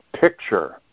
picture